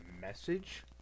message